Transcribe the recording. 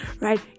right